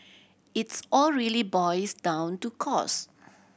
it's all really boils down to cost